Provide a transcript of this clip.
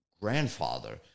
grandfather